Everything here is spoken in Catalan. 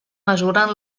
mesuren